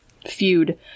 feud